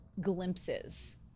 glimpses